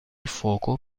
fuoco